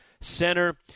center